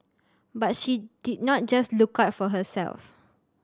but she did not just look out for herself